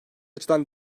açıdan